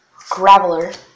Graveler